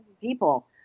people